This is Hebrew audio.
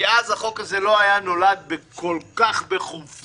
כי אז החוק הזה לא היה נולד כל כך בחופזה.